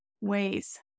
ways